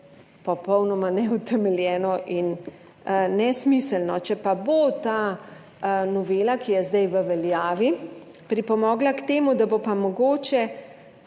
popolnoma neutemeljeno in nesmiselno. Če pa bo ta novela, ki je zdaj v veljavi, pripomogla k temu, da bo pa mogoče